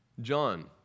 John